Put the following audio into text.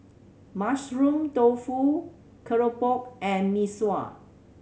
Mushroom Tofu keropok and Mee Sua